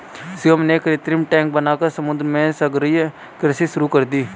शिवम ने कृत्रिम टैंक बनाकर समुद्र में सागरीय कृषि शुरू कर दी